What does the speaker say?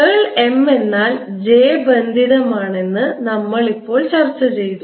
കേൾ M എന്നാൽ j ബന്ധിതമാണെന്ന് നമ്മൾ ഇപ്പോൾ ചർച്ച ചെയ്തു